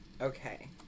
Okay